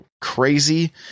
crazy